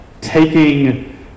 taking